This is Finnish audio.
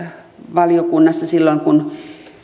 valiokunnassa silloin kun